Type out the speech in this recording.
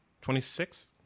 twenty-six